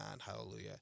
Hallelujah